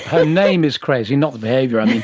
her name is crazy, not the behaviour i mean.